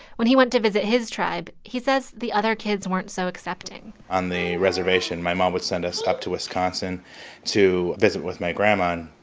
when he went to visit his tribe, he says the other kids weren't so accepting on the reservation my mom would send us up to wisconsin to visit with my grandma and,